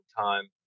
time